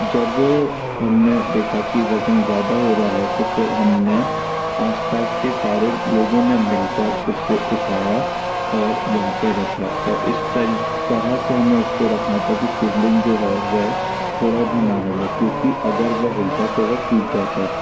जब हमने देखा की वजन ज़्यादा हो रहा है तो फिर हमने आसपास के सारे लोगों ने मिलकर उसे उठाया और वहाँ पे रखा और इस तरह से हमें उसको रखना था की शिवलिंग जो है वह थोड़ा भी न हिले क्योंकि अगर वह हिलाता तो वह टूट जाता